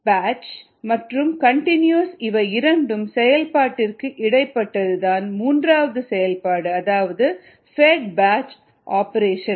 batch மற்றும் continuous இவை இரண்டு செயல்பாட்டிற்கும் இடைப்பட்டது தான் மூன்றாவது செயல்பாடு அதாவது பெட் பேட்ச் ஆப்ரேஷன்